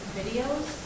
videos